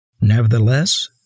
Nevertheless